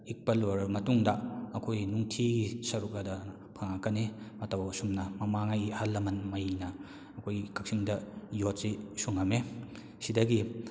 ꯏꯛꯄ ꯂꯣꯏꯔꯕ ꯃꯇꯨꯡꯗ ꯑꯩꯈꯣꯏꯒꯤ ꯅꯨꯡꯊꯤꯒꯤ ꯁꯔꯨꯛ ꯑꯗ ꯐꯪꯉꯛꯀꯅꯤ ꯃꯇꯧ ꯑꯁꯨꯝꯅ ꯃꯃꯥꯡꯉꯩꯒꯤ ꯑꯍꯜ ꯂꯃꯟꯉꯩꯅ ꯑꯩꯈꯣꯏꯒꯤ ꯀꯛꯆꯤꯡꯗ ꯌꯣꯠꯁꯤ ꯁꯨꯡꯉꯝꯃꯤ ꯁꯤꯗꯒꯤ